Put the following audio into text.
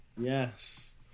yes